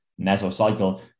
mesocycle